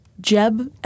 Jeb